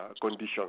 conditions